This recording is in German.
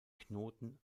knoten